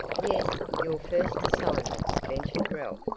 yes, your first assignment, ventured ralph.